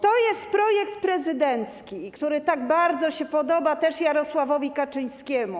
To jest projekt prezydencki, który tak bardzo się podoba też Jarosławowi Kaczyńskiemu.